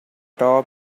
top